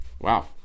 Wow